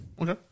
okay